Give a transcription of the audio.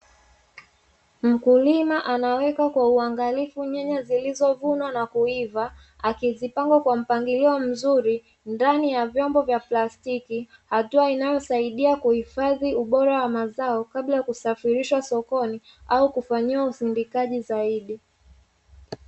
Mkulima anaweka kwa uangalifu nyanya zilizovunwa na kuiva, akizipanga kwa mpangilio mzuri ndani ya vyombo vya plastiki, hatua inayosaidia kuhifadhi ubora wa mazao, kabla ya kusafirishwa sokoni au kufanyiwa usindikaji zaidi.